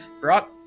brought